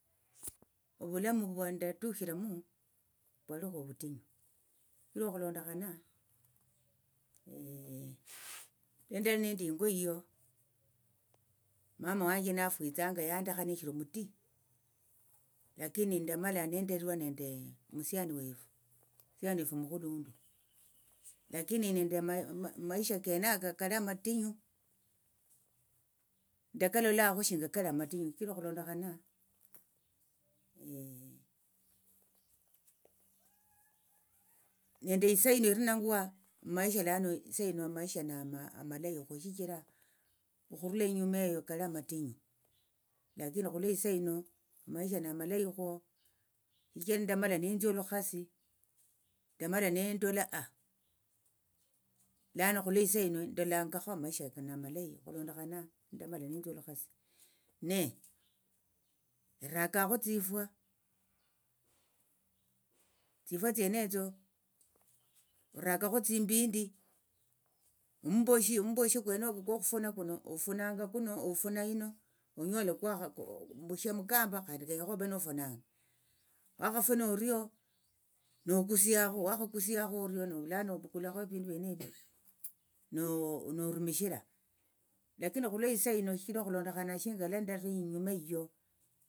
Ovulamu vwandatushiramo vwalikho ovutinyu shichira okhulondokhana lundali nendi ingo iyo mama wanje nafwitsanga yandekha neshiri mutii lakini ndamala nenderwa nende omusiani wefu omusiani wefu omukhulundu lakini amaisha kenaka kali amatinyu nakalolakho shinga kali amatinyu shichira okhulondokhana nende isahino irinangwa amaisha lano sahino amaisha nama amaleyikho shichira okhurula inyuma eyo kali amatinyu lakini khulo isahino amaisha namaleyikhwo shichira ndamala nenthia olukhasi ne irakakho tsifwa tsifwa tsienetho orakakho tsimbindi ommboshi ommboshikwenoko kwokhufuna kuno ofunanga kuno ofuna hino onyola kwakho vushia mukamba khandi kenyekha ove nofunanga wakhafuna orio nokusiakhu wakhakusiakhu orio novulano ovukulakho evindu vyenevi no norumishira lakini khulwo isahino shichira okhulondokhana shinga lendali inyuma iyoooo.